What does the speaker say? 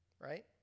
right